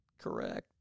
correct